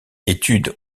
études